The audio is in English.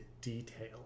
detail